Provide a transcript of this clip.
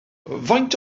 faint